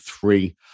three